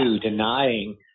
denying